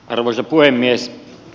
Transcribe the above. arvoisa puhemies